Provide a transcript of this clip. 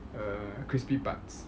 uh crispy parts